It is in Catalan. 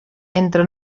entre